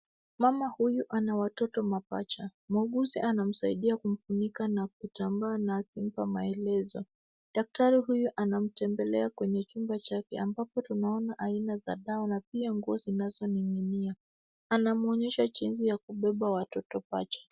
Mama huyu ana watoto mapacha. Mwuguzi anamsaidia kumfunika na kitambaa na akipa maelezo. Daktari huyu anamtembelea kwenye chumba chake ambapo tunaona aina za dawa, pia nguo zinazoning'inia. Anamwonyesha jinsi ya kubeba watoto pacha.